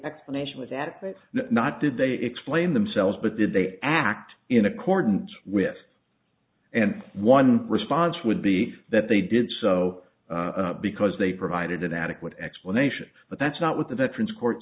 explanation was adequate not did they explain themselves but did they act in accordance with and one response would be that they did so because they provided an adequate explanation but that's not what the veterans court